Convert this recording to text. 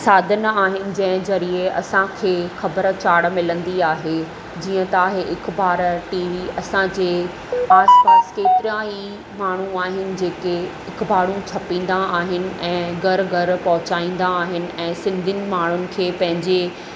साधन आहिनि जंहिं ज़रिए असांखे ख़बर चार मिलंदी आहे जीअं त आहे इखबार टी वी असांजे आसिपासि केतिरा ई माण्हू आहिनि जेके इखबारूं छपींदा आहिनि ऐं घरु घरु पहुचाईंदा आहिनि ऐं सिंधियुनि माण्हुनि खे पंहिंजे